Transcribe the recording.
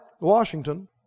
Washington